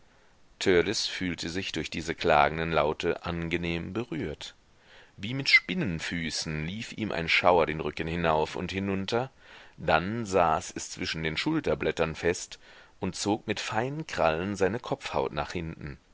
fühlte sich durch diese klagenden laute angenehm berührt wie mit spinnenfüßen lief ihm ein schauer den rücken hinauf und hinunter dann saß es zwischen den schulterblättern fest und zog mit feinen krallen seine kopfhaut nach hinten